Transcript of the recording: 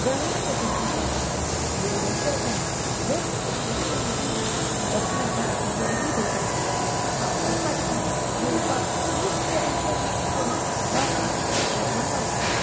गणेश चतुर्थीचो सण दिवाळीचो सण लोक खोशेन मनयतात एक मेकाक परबीं भेटयतात खावपाक वाटतात जेवपाक खूब तरेचे नग करून लोकाक जवण वाडटात